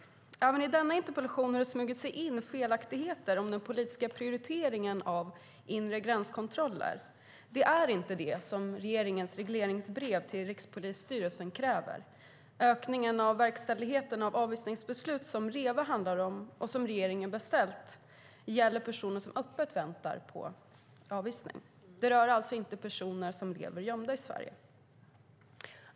Även i denna interpellation har det smugit sig in felaktigheter om den politiska prioriteringen av inre gränskontroller. Det är inte det som regeringens regleringsbrev till Rikspolisstyrelsen kräver. Ökningen av verkställigheten av avvisningsbeslut som REVA handlar om och som regeringen beställt gäller personer som öppet väntar på avvisning. Det rör alltså inte personer som lever gömda i Sverige.